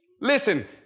Listen